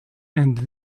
and